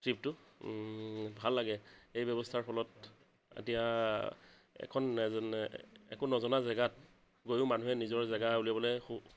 ত্ৰিপটো ভাল লাগে এই ব্যৱস্থাৰ ফলত এতিয়া এখন একো নজানা জেগাত গৈও মানুহে নিজৰ জেগা উলিয়াবলৈ